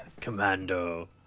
Commando